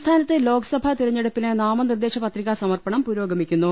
സംസ്ഥാനത്ത് ലോക്സഭാതെരഞ്ഞെടുപ്പിന് നാമനിർദേശ പത്രികാസമർപ്പണം പുരോഗമിക്കുന്നു